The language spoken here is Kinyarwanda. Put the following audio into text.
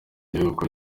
igihugu